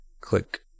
click